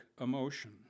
Emotion